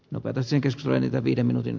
nopeutesi kesto ylittää viiden minuutin